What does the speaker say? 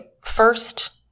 first